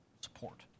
support